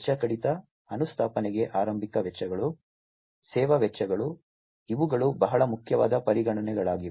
ವೆಚ್ಚ ಕಡಿತ ಅನುಸ್ಥಾಪನೆಗೆ ಆರಂಭಿಕ ವೆಚ್ಚಗಳು ಸೇವಾ ವೆಚ್ಚಗಳು ಇವುಗಳು ಬಹಳ ಮುಖ್ಯವಾದ ಪರಿಗಣನೆಗಳಾಗಿವೆ